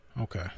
Okay